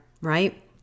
right